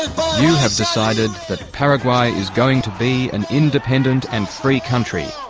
ah have decided that paraguay is going to be an independent and free country.